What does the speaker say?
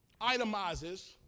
itemizes